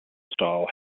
style